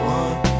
one